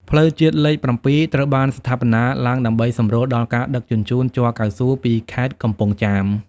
ផ្លូវជាតិលេខ ៧ ត្រូវបានស្ថាបនាឡើងដើម្បីសម្រួលដល់ការដឹកជញ្ជូនជ័រកៅស៊ូពីខេត្តកំពង់ចាម។